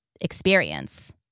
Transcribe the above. experience